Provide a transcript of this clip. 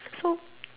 so